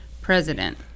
president